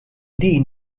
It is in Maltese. din